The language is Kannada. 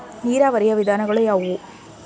ನೀರಾವರಿಯ ವಿಧಾನಗಳು ಯಾವುವು?